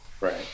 Right